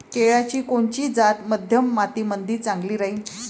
केळाची कोनची जात मध्यम मातीमंदी चांगली राहिन?